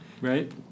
right